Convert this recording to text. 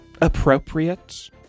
appropriate